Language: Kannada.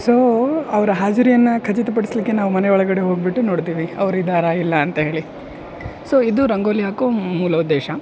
ಸೋ ಅವ್ರ ಹಾಜರಿಯನ್ನು ಖಚಿತ ಪಡಿಸಲಿಕ್ಕೆ ನಾವು ಮನೆಯೊಳಗಡೆ ಹೋಗಿಬಿಟ್ಟು ನೋಡ್ತೀವಿ ಅವ್ರು ಇದಾರೋ ಇಲ್ಲೋ ಅಂತಹೇಳಿ ಸೋ ಇದು ರಂಗೋಲಿ ಹಾಕೋ ಮೂಲ ಉದ್ದೇಶ